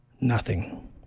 Nothing